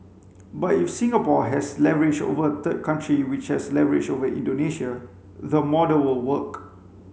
but if Singapore has leverage over a third country which has leverage over Indonesia the model will work